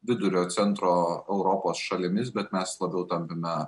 vidurio centro europos šalimis bet mes pagal tampame